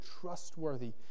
trustworthy